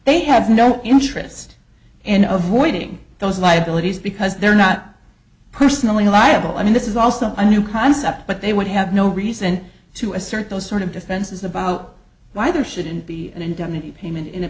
they have no interest in of winning those liabilities because they're not personally liable i mean this is also a new concept but they would have no reason to assert those sort of defenses about why there shouldn't be an indemnity payment in a